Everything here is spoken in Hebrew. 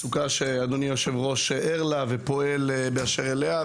מצוקה שאדוני היושב-ראש ער לה ופועל באשר אליה.